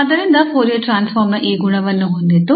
ಆದ್ದರಿಂದ Fourier transform ನ ಈ ಗುಣವನ್ನು ಹೊಂದಿದ್ದು